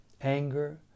anger